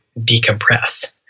decompress